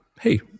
hey